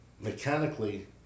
mechanically